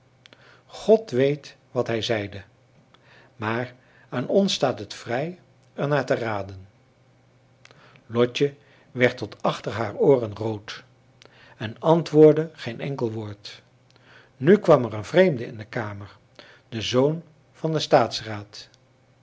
god weet wat hij zeide maar aan ons staat het vrij er naar te raden lotje werd tot achter haar ooren rood en antwoordde geen enkel woord nu kwam er een vreemde in de kamer de zoon van den